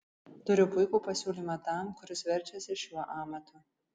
turiu puikų pasiūlymą tam kuris verčiasi šiuo amatu